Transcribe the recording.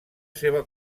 seva